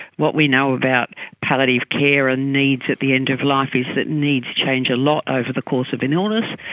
what we know about palliative care and needs at the end of life is that needs change a lot over the course of an illness.